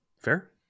Fair